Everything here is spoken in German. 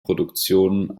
produktionen